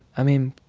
i mean,